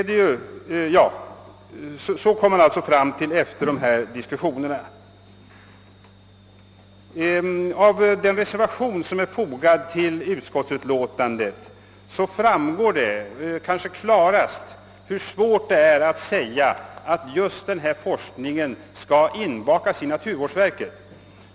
Detta blev alltså resultatet av diskussionerna. Av den reservation som är fogad till utskottsutlåtandet framgår det kanske allra klarast hur svårt det är att säga att just denna forskning skall omhänderhas av naturvårdsverket.